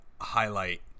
highlight